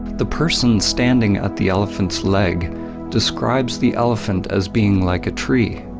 the person standing at the elephant's leg describes the elephant as being like a tree.